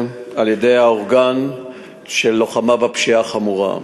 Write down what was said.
על-ידי האורגן של לוחמה בפשיעה החמורה,